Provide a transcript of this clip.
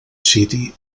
city